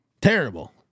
Terrible